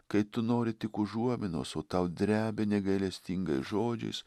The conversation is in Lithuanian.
kai tu nori tik užuominos o tau drebia negailestingais žodžiais